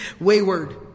wayward